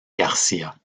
garcia